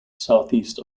southeast